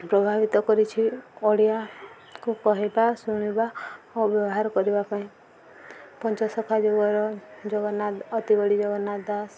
ପ୍ରଭାବିତ କରିଛି ଓଡ଼ିଆକୁ କହିବା ଶୁଣିବା ଓ ବ୍ୟବହାର କରିବା ପାଇଁ ପଞ୍ଚଶଖା ଯୁଗର ଜଗନ୍ନାଥ ଅତିବଡ଼ି ଜଗନ୍ନାଥ ଦାସ